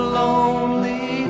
lonely